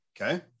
Okay